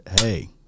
hey